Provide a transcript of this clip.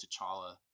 t'challa